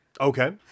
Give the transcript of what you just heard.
Okay